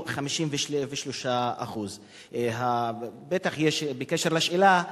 שהוא 53%. בעניין השאלה,